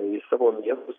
į savo miestus